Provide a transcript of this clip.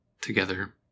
together